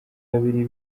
babiri